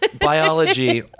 biology